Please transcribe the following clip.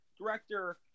director